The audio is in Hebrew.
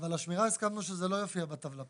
אבל השמירה, הסכמנו שזה לא יופיע בטבלה.